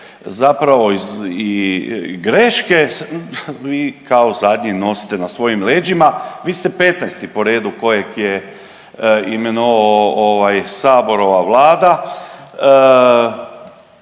zapravo i greške i kao zadnji nosite na svojim leđima. Vi ste 15 po redu kojeg je imenovao ovaj sabor,